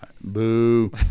Boo